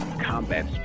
combat